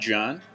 John